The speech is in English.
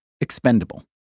expendable